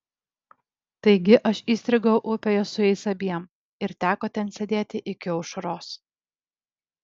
taigi aš įstrigau upėje su jais abiem ir teko ten sėdėti iki aušros